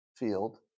Field